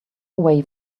way